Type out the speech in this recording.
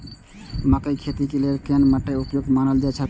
मकैय के खेती के लेल केहन मैट उपयुक्त मानल जाति अछि?